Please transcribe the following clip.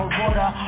water